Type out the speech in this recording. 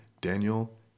Daniel